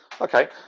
Okay